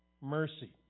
Mercy